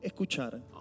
escuchar